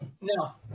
No